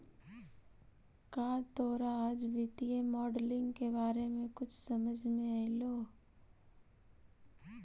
का तोरा आज वित्तीय मॉडलिंग के बारे में कुछ समझ मे अयलो?